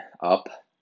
up